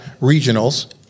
regionals